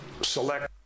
select